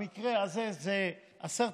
במקרה הזה זה 10,551,